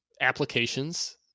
applications